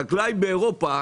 חקלאי באירופה,